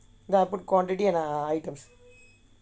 then I put quantity and items